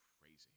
crazy